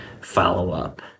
follow-up